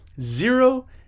zero